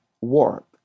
Warp